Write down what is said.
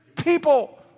people